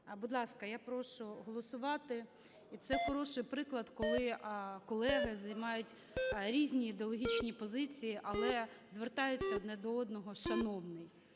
Будь ласка, я прошу голосувати, і це хороший приклад, коли колеги займають різні ідеологічні позиції, але звертаються один до одного "шановний".